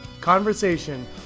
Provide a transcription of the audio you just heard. conversation